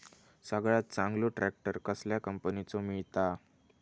सगळ्यात चांगलो ट्रॅक्टर कसल्या कंपनीचो मिळता?